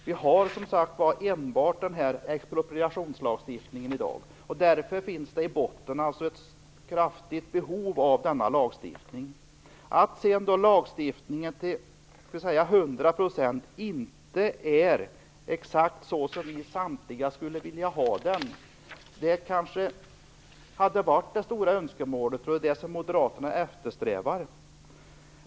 Vi har i dag, som sagt, enbart expropriationslagstiftningen till förfogande. Det finns därför i botten ett kraftigt behov av en ny lagstiftning. Lagstiftningen är inte till hundra procent sådan som vi alla skulle vilja ha den. Det hade varit önskvärt, och är det som moderaterna eftersträvar.